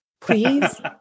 please